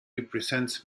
represents